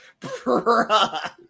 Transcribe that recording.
Bruh